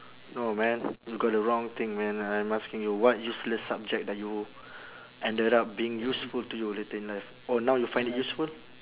no man you got the wrong thing man I'm asking you what useless subject that you ended up being useful to you later in life oh now you find it useful